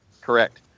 Correct